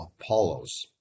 Apollos